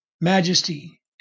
majesty